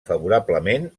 favorablement